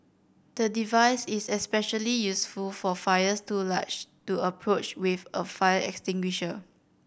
the device is especially useful for fires too large to approach with a fire extinguisher